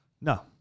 No